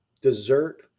dessert